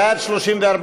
סעיף 1 לא נתקבלה.